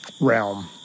realm